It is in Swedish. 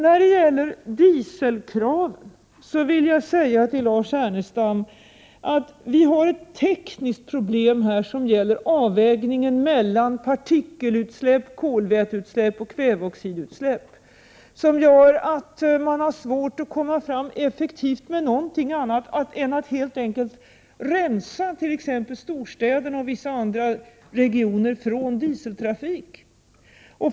När det gäller kraven på dieselfordon vill jag säga till Lars Ernestam att vi här har ett tekniskt problem som gäller avvägningen mellan partikelutsläpp, kolväteutsläpp och kväveoxidutsläpp. Detta problem gör det svårt att uppnå effektiva resultat med annat än att helt enkelt rensa t.ex. storstäderna och vissa andra regioner från dieseltrafik.